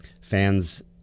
Fan's